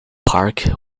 park